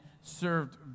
served